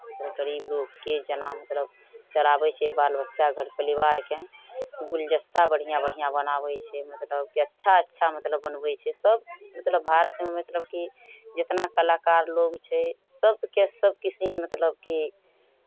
गरीब रूपके जेना मतलब चलाबै छै बाल बच्चा घर परिवारकेँ गुलदस्ता बढ़िआँ बढ़िआँ बनाबै छै मतलब कि अच्छा अच्छा मतलब बनबै छै सभ मतलब भारतमे मतलब कि जितना कलाकार लोग छै सभकेँ सभ किसिम मतलब कि